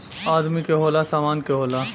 आदमी के होला, सामान के होला